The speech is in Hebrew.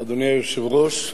אדוני היושב-ראש,